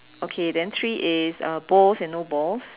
okay then three is uh balls and no balls